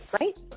right